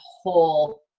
whole